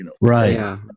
Right